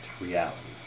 reality